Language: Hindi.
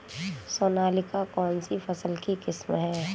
सोनालिका कौनसी फसल की किस्म है?